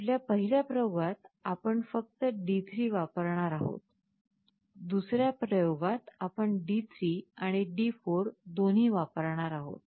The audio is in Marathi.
आपल्या पहिल्या प्रयोगात आपण फक्त D3 वापरणार आहोत दुसर्या प्रयोगात आपण D3 आणि D4 दोन्ही वापरणार आहोत